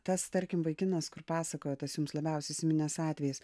tas tarkim vaikinas kur pasakojot tas jums labiausiai įsiminęs atvejis